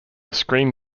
screen